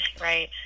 right